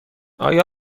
آیا